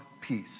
Peace